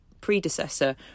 predecessor